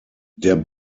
der